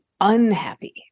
unhappy